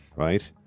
right